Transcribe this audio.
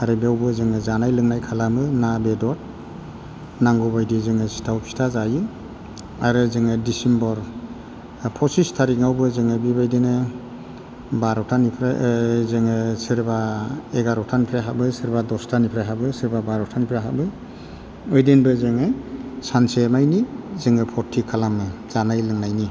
आरो बेयावबो जोङो जानाय लोंनाय खालामो ना बेदर नांगौबायदि जोङो सिथाव फिथा जायो आरो जोङो डिसिम्बर पचिच थारिकआवबो जोङो बेबायदिनो बार'टानिफ्राय जोङो सोरबा एगार'टानिफ्राय हाबो सोरबा दस्थानिफ्राय हाबो सोरबा बार'टानिफ्राय हाबो ऐदिनबो जोङो सानसेमायनि जोङो फर्थि खालामो जानाय लोंनायनि